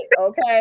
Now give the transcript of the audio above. Okay